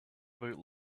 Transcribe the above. about